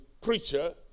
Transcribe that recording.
preacher